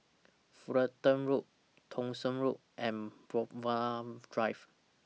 Fullerton Road Thong Soon Road and Brookvale Drive